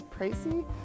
pricey